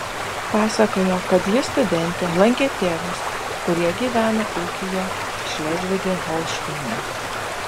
pasakojo kad ji studentė lankė tėvus kurie gyvena ūkyje šlezvige holšteine